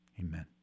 amen